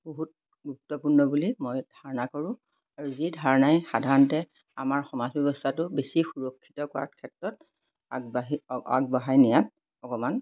বহুত গুৰুত্বপূৰ্ণ বুলি মই ধাৰণা কৰোঁ আৰু যি ধাৰণাই সাধাৰণতে আমাৰ সমাজ ব্যৱস্থাটো বেছি সুৰক্ষিত কৰাৰ ক্ষেত্ৰত আগবাঢ়ি আগবঢ়াই নিয়াত অকণমান